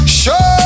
show